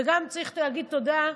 וצריך להגיד תודה,